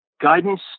guidance